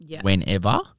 whenever